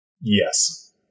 Yes